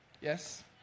Yes